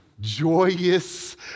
joyous